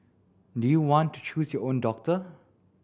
do you want to choose your own doctor